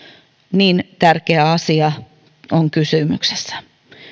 niin tärkeä asia on kysymyksessä